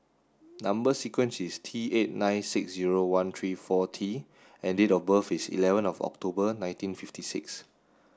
number sequence is T eight nine six zero one three four T and date of birth is eleven of October nineteen fifty six